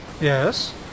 Yes